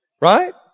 Right